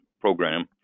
program